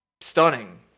stunning